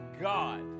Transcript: God